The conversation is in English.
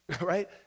Right